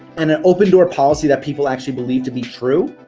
and an open door policy that people actually believe to be true